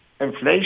Inflation